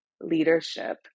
leadership